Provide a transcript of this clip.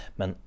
men